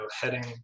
heading